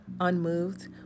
Unmoved